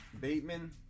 Bateman